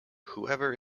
whoever